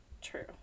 true